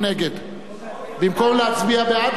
במקום להצביע בעד או נגד, השר ברק?